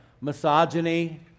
Misogyny